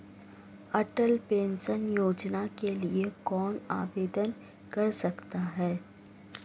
अटल pension योजना के लिए कौन आवेदन कर सकता है?